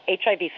HIV